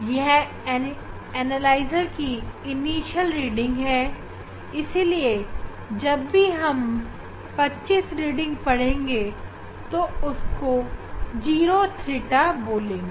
यह एनालाइजर की प्रारंभिक रीडिंग है इसलिए जब भी हम 25 डिग्री पढ़ेंगे तो उसको थीटा 0 बोलेंगे